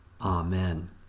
Amen